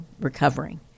recovering